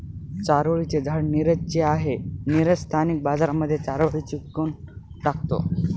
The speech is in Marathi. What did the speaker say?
चारोळी चे झाड नीरज ची आहे, नीरज स्थानिक बाजारांमध्ये चारोळी विकून टाकतो